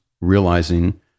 realizing